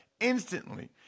instantly